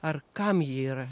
ar kam ji yra